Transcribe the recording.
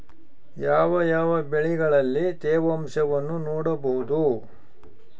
ಯಾವ ಯಾವ ಬೆಳೆಗಳಲ್ಲಿ ತೇವಾಂಶವನ್ನು ನೋಡಬಹುದು?